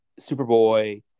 Superboy